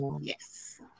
Yes